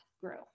grow